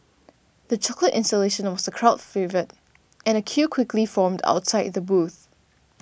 the chocolate installation was a crowd favourite and a queue quickly formed outside the booth